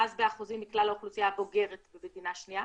ואז באחוזים מכלל האוכלוסייה הבוגרת במדינה השנייה,